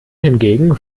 hingegen